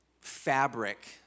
fabric